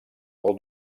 vol